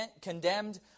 condemned